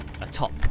Atop